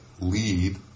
lead